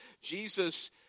Jesus